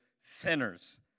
sinners